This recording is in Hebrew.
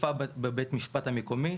אכיפה בבית המשפט המקומי,